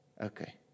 Okay